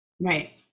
Right